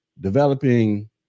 developing